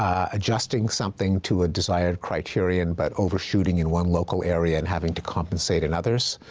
adjusting something to a desired criterion, but overshooting in one local area and having to compensate in others.